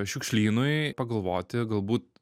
šiukšlynui pagalvoti galbūt